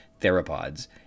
theropods